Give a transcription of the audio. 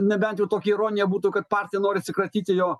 nebent jau tokia ironija būtų kad partija nori atsikratyti jo